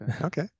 Okay